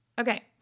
Okay